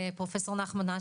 פרופ' נחמן אש,